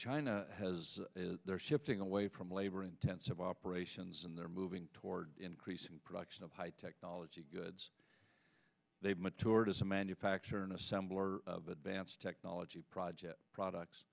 china has is there shifting away from labor intensive operations and they're moving toward increasing production of high technology goods they've matured as a manufacturer an assembler of advanced technology projects products